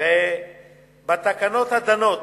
בתקנות הדנות